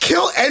Kill